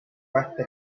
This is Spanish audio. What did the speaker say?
pasta